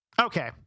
Okay